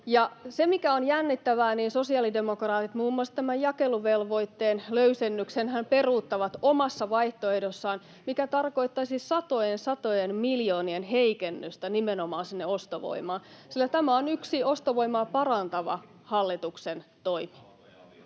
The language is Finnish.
Se, mikä on jännittävää, on se, että sosiaalidemokraatithan muun muassa tämän jakeluvelvoitteen löysennyksen peruuttavat omassa vaihtoehdossaan, mikä tarkoittaisi satojen satojen miljoonien heikennystä nimenomaan sinne ostovoimaan, sillä tämä on yksi ostovoimaa parantava hallituksen toimi.